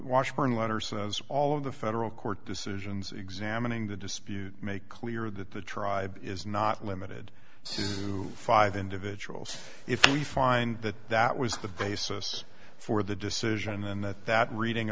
says all of the federal court decisions examining the dispute make clear that the tribe is not limited says to five individuals if we find that that was the basis for the decision and that that reading